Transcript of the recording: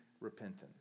repentance